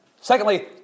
Secondly